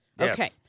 Okay